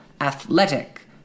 athletic